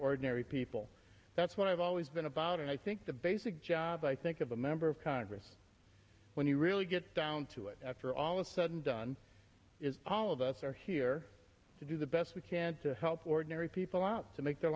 ordinary people that's what i've always been about and i think the basic job i think of a member of congress when you really get down to it after all of sudden done is all of us are here to do the best we can to help ordinary people out to make their